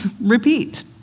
repeat